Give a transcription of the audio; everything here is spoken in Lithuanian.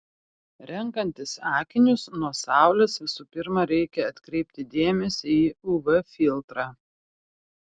renkantis akinius nuo saulės visų pirma reikia atkreipti dėmesį į uv filtrą